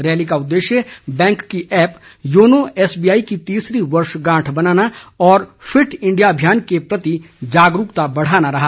rally का उद्देश्य bank की ऐप योनो एसबीआई की तीसरी वर्षगांठ मनाना और फिट इंडिया अभियान के प्रति जागरूकता बढ़ाना रहा